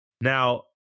Now